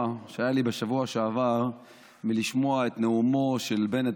שהיה לי בשבוע שעבר מלשמוע את נאומו של בנט,